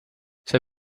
see